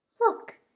Look